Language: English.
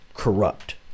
Corrupt